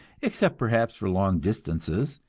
except perhaps for long distances,